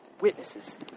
witnesses